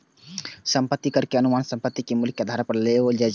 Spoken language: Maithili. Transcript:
संपत्ति कर के अनुमान संपत्ति के मूल्य के आधार पर लगाओल जाइ छै